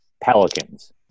Pelicans